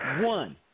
one